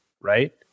Right